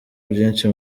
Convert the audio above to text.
byinshi